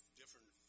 different